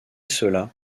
cela